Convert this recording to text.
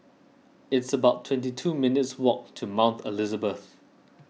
it's about twenty two minutes' walk to Mount Elizabeth